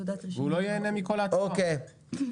כן.